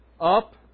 up